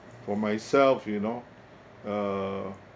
for myself you know uh